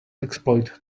exploit